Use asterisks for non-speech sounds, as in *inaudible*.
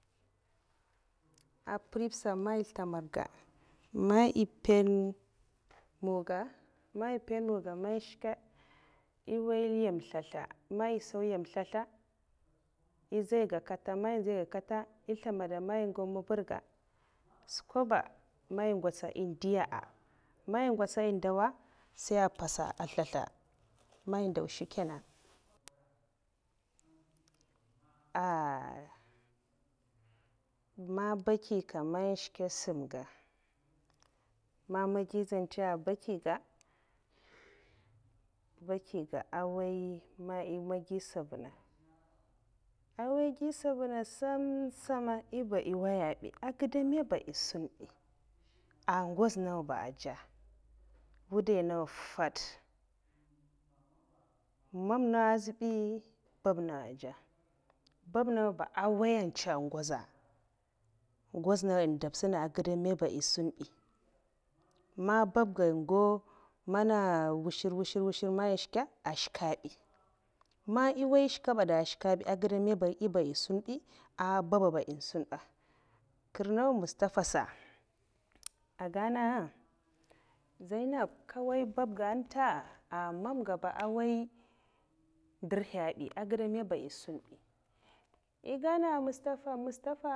A mpèrk sa man eh slembad ga man eh mpan muga mai mpon muga man eh shke eh nwoy nyem ntasla'a man eh sau nyem ntasla eh nzi kata man eh nzi kata eh slembada mai eh gau mavar ga skwa ba man ngwotsa eh ndiya a man eh ngwotsa eh ndowa sei mpatsa ntesla man eh ndaw' shikenan *hesitation* man bagiga man shke asam ga, man nga gi zanche a' bagiga, bakiga a nwoya man nga ntsi ntsavela'a man nga gi ntsaeval ntsem ntsema nyiba eh nwoya bi eh geda muba eh sunnbi? N ngwoza nenga ba dzey wudai nenga nfad mam nenga azbay babnenga aza bab'nenga ba nwoya ncwo n'ngoza a' ngwoz nenga ehn de ntsena an agide mu ba eh'sunnbi man babga n gau mana nwushar nwushar man nshke, ashke bi, man eh nwoya nshke gdada n' nshke bi egida ni ba nyi ba eh sunn bi ababba ba sunna ba, kra nenga mustapha sa e gana ah zainab nka nwoya babga nte ah mamga ba nwoya ndirhiyabi eh gide ma eh sunbi bi, eh gana mustapha mustpaha.